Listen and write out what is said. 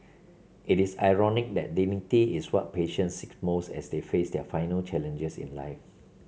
it is ironic that dignity is what patients seek most as they face their final challenges in life